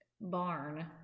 barn